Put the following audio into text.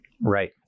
right